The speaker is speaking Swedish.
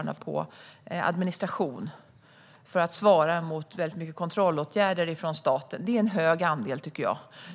procent på administration för att svara mot väldigt mycket kontrollåtgärder från staten. Det är en hög andel, tycker jag.